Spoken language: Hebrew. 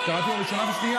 קראתי לו קריאה ראשונה ושנייה.